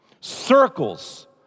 circles